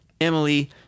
Emily